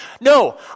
No